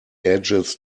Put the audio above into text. edges